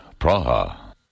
Praha